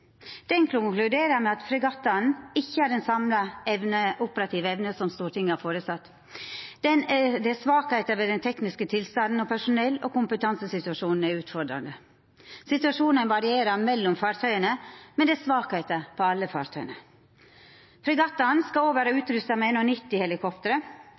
konkluderer med at fregattane ikkje har den samla operative evna som Stortinget har føresett. Det er svakheiter ved den tekniske tilstanden, og personell- og kompetansesituasjonen er utfordrande. Situasjonen varierer mellom fartøya, men det er svakheiter ved alle fartøya. Fregattane skal òg vera